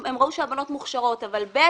הם ראו שהבנות מוכשרות אבל שנית,